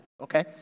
okay